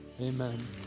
amen